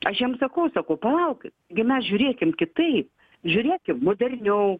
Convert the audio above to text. aš jiem sakau sakau palaukit gi mes žiūrėkim kitaip žiūrėkim moderniau